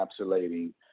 encapsulating